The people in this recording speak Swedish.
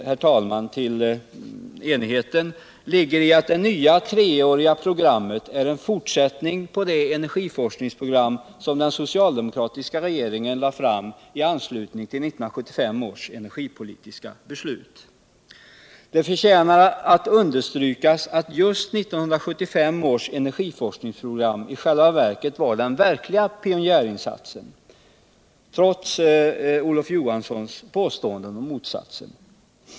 herr talman, till enigheten ligger i att det nya treåriga programmet är en fortsättning på det energiforskningsprogram som den socialdemokratiska regeringen lade fram i anslutning till 1975 års energipolitiska beslut. Det förtjänar att understrykas att just 1975 års energiforskningsprogram i själva verket var den verkliga pionjärinsatsen, trots Olof Johanssons påstående om motsatsen.